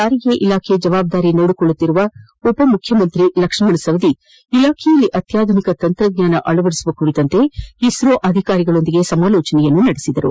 ಸಾರಿಗೆ ಇಲಾಖೆ ಜವಾಬ್ದಾರಿ ನೋಡಿಕೊಳ್ಳುವ ಉಪಮುಖ್ಯಮಂತ್ರಿ ಲಕ್ಷಣ ಸವದಿ ಇಲಾಖೆಯಲ್ಲಿ ಅತ್ಯಾಧುನಿಕ ತಂತ್ರಜ್ಞಾನ ಅಳವಡಿಸುವ ಕುರಿತು ಇಸ್ತೋ ಅಧಿಕಾರಿಗಳ ಜೊತೆ ಸಮಾಲೋಟಿಸಿದರು